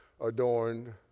adorned